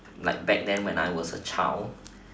like back then when I was a child